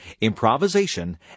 improvisation